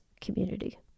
community